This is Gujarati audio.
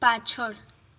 પાછળ